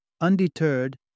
Undeterred